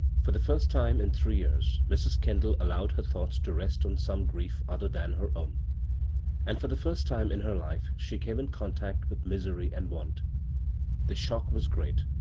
for the first time in three years mrs. kendall allowed her thoughts to rest on some grief other than her own and for the first time in her life she came in contact with misery and want the shock was great,